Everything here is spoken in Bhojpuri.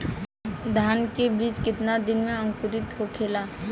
धान के बिज कितना दिन में अंकुरित होखेला?